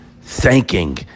thanking